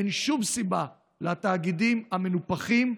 אין שום סיבה לתאגידים המנופחים,